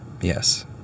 Yes